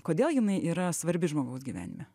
kodėl jinai yra svarbi žmogaus gyvenime